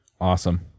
Awesome